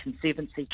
Conservancy